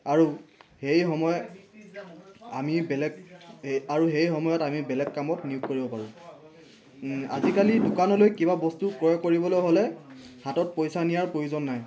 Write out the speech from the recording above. আৰু সেই সময় আমি বেলেগ এ আৰু সেই সময়ত আমি বেলেগ কামত নিয়োগ কৰিব পাৰোঁ আজিকালি দোকানলৈ কিবা বস্তু ক্ৰয় কৰিবলৈ হ'লে হাতত পইচা নিয়াৰ প্ৰয়োজন নাই